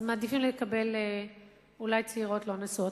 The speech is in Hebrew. אז אולי מעדיפים לקבל צעירות לא נשואות.